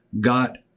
got